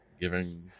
giving